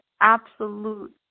absolute